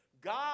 God